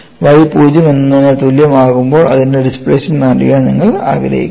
അതിനാൽ y 0 എന്നതിന് തുല്യം ആകുമ്പോൾ അതിൻറെ ഡിസ്പ്ലേസ്മെൻറ് അറിയാൻ നിങ്ങൾ ആഗ്രഹിക്കുന്നു